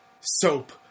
soap